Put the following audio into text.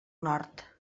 nord